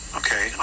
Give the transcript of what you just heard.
okay